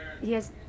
yes